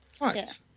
Right